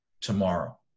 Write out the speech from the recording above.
tomorrow